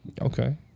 Okay